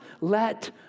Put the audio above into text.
let